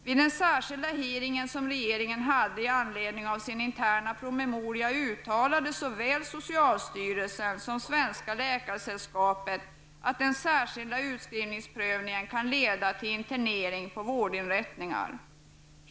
Vid den särskilda hearing som regeringen arrangerade i anledning av den interna promemorian uttalade såväl socialstyrelsen som Svenska läkarsällskapet att den särskilda utskrivningsprövningen kan leda till internering på vårdinrättningar.